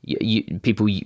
people